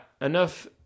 enough